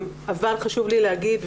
אבל חשוב לי להגיד,